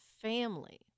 family